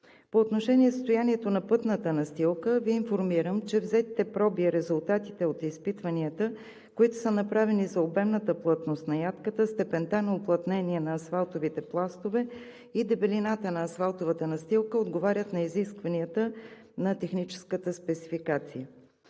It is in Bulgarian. По отношение състоянието на пътната настилка Ви информирам, че взетите проби и резултатите от изпитванията, които са направени за обемната плътност на ядката, степента на уплътнение на асфалтовите пластове и дебелината на асфалтовата настилка отговарят на изискванията на техническата спецификация.